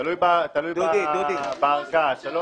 תלוי בערכאה השיפוטית.